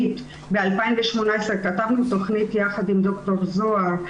ב-2018 כתבנו תוכנית יחד עם ד"ר זוהר,